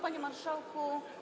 Panie Marszałku!